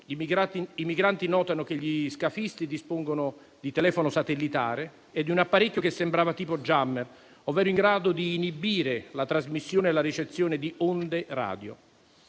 I migranti notano che gli scafisti dispongono di telefono satellitare e di un apparecchio che sembrava di tipo "Jammer", ovvero in grado di inibire la trasmissione e la ricezione di onde radio.